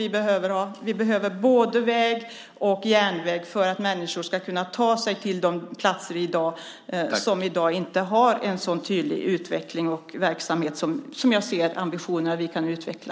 Vi behöver både väg och järnväg för att människor ska kunna ta sig till de platser som i dag inte har en sådan tydlig utveckling och verksamhet som vi har ambition att utveckla.